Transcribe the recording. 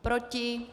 Proti?